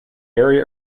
area